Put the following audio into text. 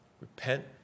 Repent